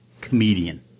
comedian